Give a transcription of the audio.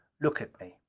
look at me!